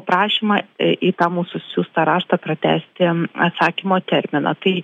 prašymą į tą mūsų siųstą raštą pratęsti atsakymo terminą tai